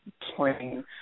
playing